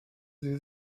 sie